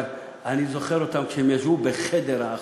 אבל אני זוכר אותן כשהן ישבו בחדר האחות,